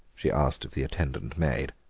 she asked of the attendant maid.